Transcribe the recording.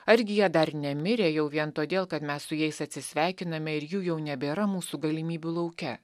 argi jie dar nemirę jau vien todėl kad mes su jais atsisveikiname ir jų jau nebėra mūsų galimybių lauke